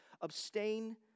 Abstain